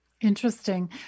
interesting